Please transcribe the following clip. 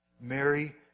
Mary